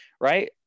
right